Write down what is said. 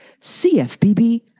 CFPB